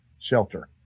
shelter